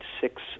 six